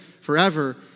forever